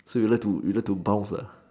so you like you like to bounce lah